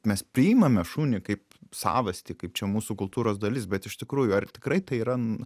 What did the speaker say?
mes priimame šunį kaip savastį kaip čia mūsų kultūros dalis bet iš tikrųjų ar tikrai tai yra